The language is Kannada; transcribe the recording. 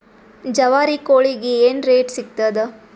ಜವಾರಿ ಕೋಳಿಗಿ ಏನ್ ರೇಟ್ ಸಿಗ್ತದ?